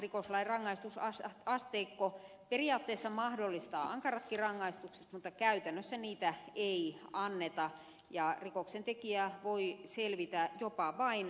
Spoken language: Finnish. rikoslain rangaistusasteikko periaatteessa mahdollistaa ankaratkin rangaistukset mutta käytännössä niitä ei anneta ja rikoksentekijä voi selvitä jopa vain sakoilla